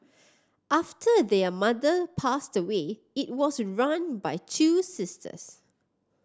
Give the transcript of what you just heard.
after their mother passed away it was run by two sisters